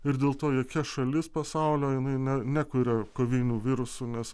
ir dėl to jokia šalis pasaulio jinai ne nekuria kovinių virusų nes